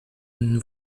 une